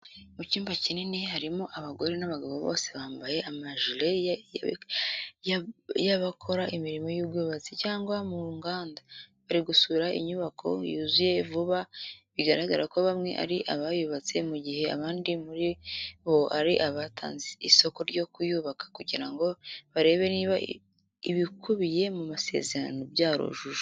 Mu cyumba kinini harimo abagore n'abagabo bose bambaye amajire y'abakora imirimo y'ubwubatsi cyangwa mu nganda. Bari gusura inyubako yuzuye vuba bigaragara ko bamwe ari abayubatse mu gihe abandi muri bo ari abatanze isoko ryo kuyubaka kugira ngo barebe niba ibikubiye mu masezerano byarubahirijwe.